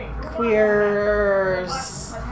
queers